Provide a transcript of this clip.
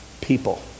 people